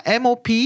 MOP